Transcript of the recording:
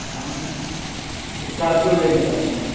ہم اسکارپیو لینا چاہتے ہیں